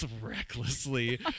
recklessly